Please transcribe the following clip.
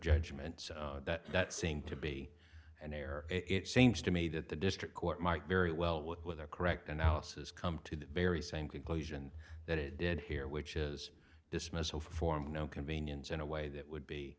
judgments that that seem to be an error it seems to me that the district court might very well with with their correct analysis come to the very same conclusion that it did here which is dismissal form no convenience in a way that would be